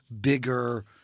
bigger